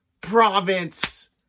province